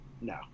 No